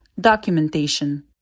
Documentation